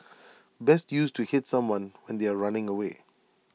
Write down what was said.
best used to hit someone when they are running away